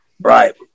Right